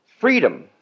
freedom